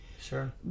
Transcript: sure